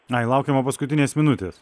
ai laukiama paskutinės minutės